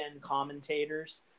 commentators